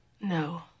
No